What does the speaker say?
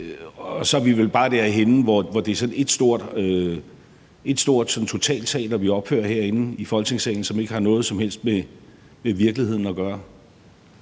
Og så er vi vel bare derhenne, hvor det er ét stort totalteater, vi opfører herinde i Folketingssalen, og som ikke har noget som helst med virkeligheden at gøre.